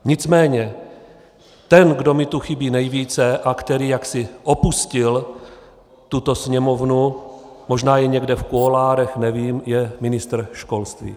Nicméně ten, kdo mi tu chybí nejvíce a který opustil tuto sněmovnu, možná je někde v kuloárech, nevím, je ministr školství.